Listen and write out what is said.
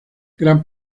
gran